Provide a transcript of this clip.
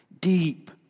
Deep